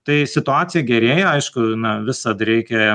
tai situacija gerėja aišku na visad reikia